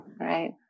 right